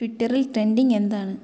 ട്വിറ്ററിൽ ട്രെൻഡിംഗ് എന്താണ്